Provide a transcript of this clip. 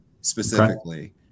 specifically